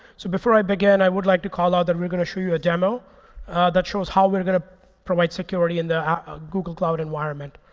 so before i begin, i would like to call out that we're going to show you a demo that shows how we're going to provide security in the ah ah google cloud environment.